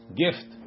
gift